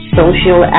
social